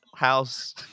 house